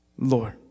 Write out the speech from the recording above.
Lord